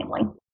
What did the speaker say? family